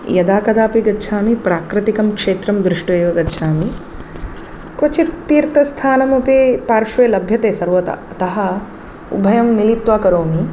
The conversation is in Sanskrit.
यदा कदापि गच्छामि प्राकृतिकं क्षेत्रं दृष्ट्वैव गच्छामि क्वचित् तीर्थस्थानमपि पार्श्वे लभ्यते सर्वथा अतः उभयं मिलित्वा करोमि